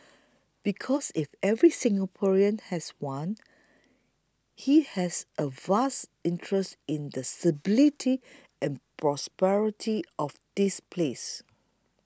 because if every Singaporean has one he has a vested interest in the stability and prosperity of this place